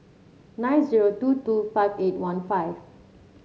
nine zero two two five eight one five